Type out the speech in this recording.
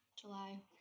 July